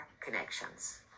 connections